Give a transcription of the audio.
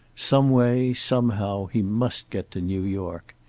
some way, somehow, he must get to new york.